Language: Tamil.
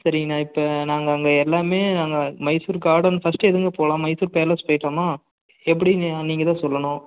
சரிங்க அண்ணா இப்போ நாங்கள் அங்கே எல்லாமே நாங்கள் மைசூர் கார்டன் ஃபர்ஸ்ட்டு எதுங்க போகலாம் மைசூர் பேலஸ் போயிக்கலாமா எப்படின்னு நீங்கள் தான் சொல்லணும்